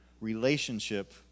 relationship